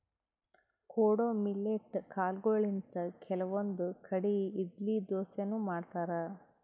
ಕೊಡೊ ಮಿಲ್ಲೆಟ್ ಕಾಲ್ಗೊಳಿಂತ್ ಕೆಲವಂದ್ ಕಡಿ ಇಡ್ಲಿ ದೋಸಾನು ಮಾಡ್ತಾರ್